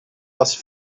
was